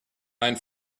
ein